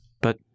But